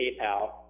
PayPal